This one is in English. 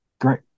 Great